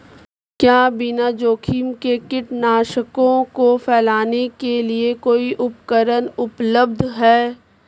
क्या बिना जोखिम के कीटनाशकों को फैलाने के लिए कोई उपकरण उपलब्ध है?